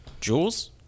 Jules